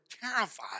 terrified